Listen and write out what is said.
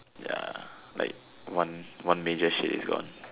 ya like one one major shit is gone